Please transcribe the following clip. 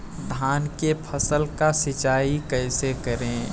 धान के फसल का सिंचाई कैसे करे?